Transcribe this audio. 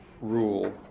rule